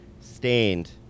stained